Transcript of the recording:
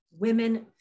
women